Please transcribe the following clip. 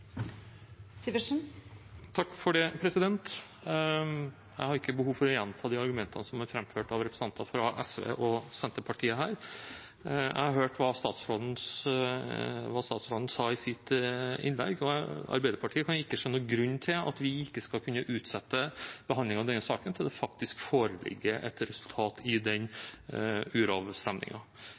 Senterpartiet her. Jeg har hørt hva statsråden sa i sitt innlegg, og Arbeiderpartiet kan ikke se noen grunn til at vi ikke skal kunne utsette behandlingen av denne saken til det faktisk foreligger et resultat